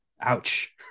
Ouch